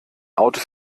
autos